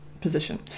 position